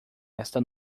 esta